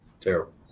Terrible